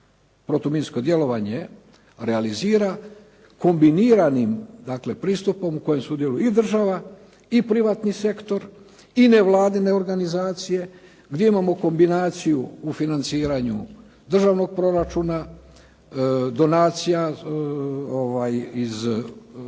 protuminsko djelovanje realizira kombiniranim dakle pristupom u kojem sudjeluju i država i privatni sektor i nevladine organizacije, gdje imamo kombinaciju u financiranju državnog proračuna, donacija iz privrede